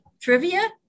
Trivia